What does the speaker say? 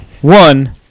One